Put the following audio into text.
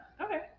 okay